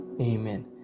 Amen